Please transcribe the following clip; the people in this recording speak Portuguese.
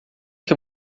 que